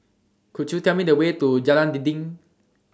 Could YOU Tell Me The Way to Jalan Dinding